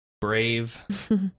Brave